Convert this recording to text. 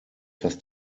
dass